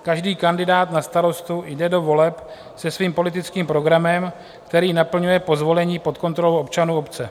Každý kandidát na starostu jde do voleb se svým politickým programem, který naplňuje po zvolení pod kontrolou občanů obce.